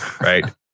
Right